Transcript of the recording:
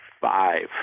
five